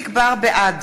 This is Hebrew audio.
בעד